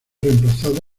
reemplazado